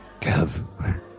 Kev